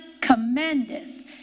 commendeth